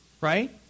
Right